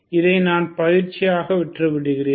இதை நான் பயிற்சியாக விட்டுவிடுகிறேன்